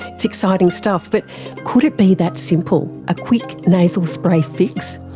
it's exciting stuff. but could it be that simple, a quick nasal spray fix?